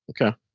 okay